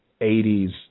80s